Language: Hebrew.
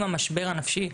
עם המשבר הנפשי,